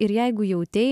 ir jeigu jautei